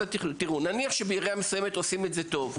נניח שבעירייה מסוימת עושים את זה טוב,